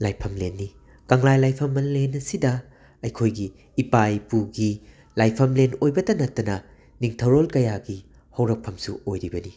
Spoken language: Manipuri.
ꯂꯥꯏꯐꯝꯂꯦꯟꯅꯤ ꯀꯪꯂꯥ ꯂꯥꯏꯐꯝꯂꯦꯟ ꯑꯁꯤꯗ ꯑꯩꯈꯣꯏꯒꯤ ꯏꯄꯥ ꯏꯄꯨꯒꯤ ꯂꯥꯏꯐꯝꯂꯦꯟ ꯑꯣꯏꯕꯇ ꯅꯠꯇꯅ ꯅꯤꯡꯊꯧꯔꯣꯜ ꯀꯌꯥꯒꯤ ꯍꯧꯔꯛꯐꯝꯁꯨ ꯑꯣꯏꯔꯤꯕꯅꯤ